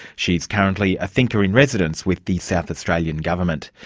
she's currently a thinker-in-residence with the south australian government.